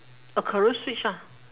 a career switch ah